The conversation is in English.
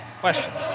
Questions